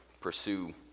pursue